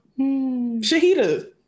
Shahida